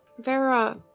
Vera